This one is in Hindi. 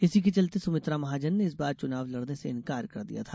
इसी के चलते सुमित्रा महाजन ने इस बार चुनाव लड़ने से इनकार कर दिया था